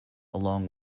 along